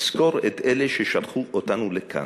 נזכור את אלה ששלחו אותנו לכאן,